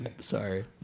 Sorry